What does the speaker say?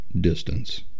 distance